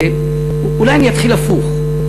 אולי אני אתחיל הפוך,